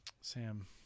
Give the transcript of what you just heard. sam